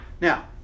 Now